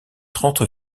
trente